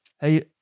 Hey